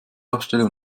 aufstellen